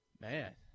Man